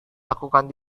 lakukan